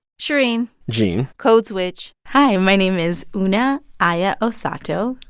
shereen gene code switch hi, my name is una aya osato,